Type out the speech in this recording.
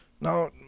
Now